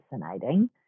fascinating